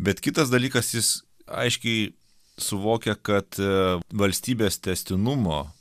bet kitas dalykas jis aiškiai suvokia kad valstybės tęstinumo